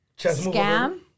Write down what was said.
scam